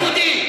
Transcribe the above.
יהודי.